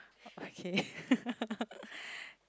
okay